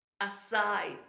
aside